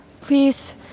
please